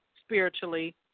spiritually